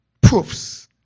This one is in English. Proofs